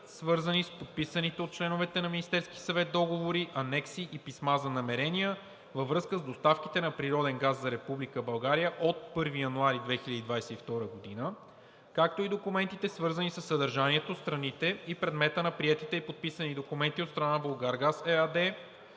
свързани с подписаните от членовете на Министерския съвет договори, анекси и писма за намерения във връзка с доставките на природен газ за Република България от 1 януари 2022 г., както и документите, свързани със съдържанието, страните и предмета на приетите и подписани документи от страна на „Булгаргаз“ ЕАД,